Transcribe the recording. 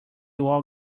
all